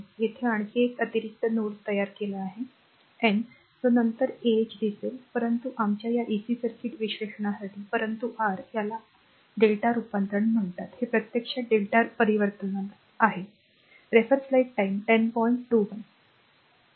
येथे आणखी एक अतिरिक्त नोड तयार केला आहे n जो नंतर ah दिसेल परंतु आमच्या या AC सर्किट विश्लेषणसाठी परंतु r याला r lrmΔ रूपांतरण म्हणतात हे प्रत्यक्षात Δ परिवर्तनाला आहे